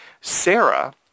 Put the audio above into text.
Sarah